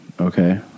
okay